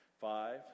five